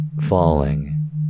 falling